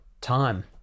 time